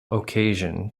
occasion